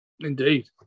Indeed